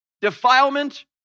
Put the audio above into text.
Defilement